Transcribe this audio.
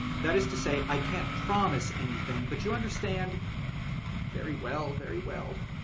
that is to say, i can't promise anything, but you understand very well, very well.